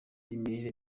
imirire